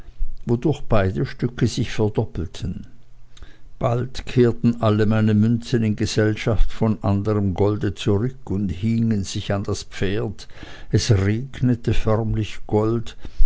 wodurch beide stücke sich verdoppelten bald kehrten alle meine münzen in gesellschaft von anderm golde zurück und hingen sich an das pferd es regnete förmlich gold